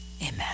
Amen